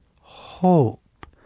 hope